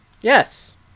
Yes